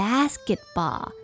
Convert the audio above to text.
Basketball